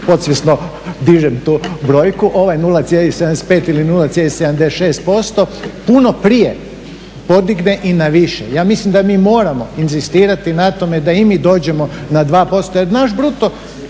zajedno inzistirati da se ovih 0,75 ili 0,76% puno prije podigne i na više. Ja mislim da mi moramo inzistirati na tome da i mi dođemo na 2% jer naš BDP